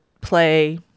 play